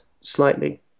slightly